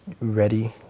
ready